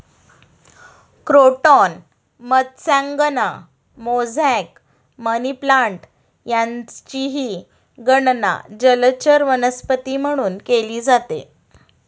croton मत्स्यांगना, mosaic, money plant यांचीही गणना जलचर वनस्पती म्हणून केली जाते